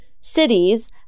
cities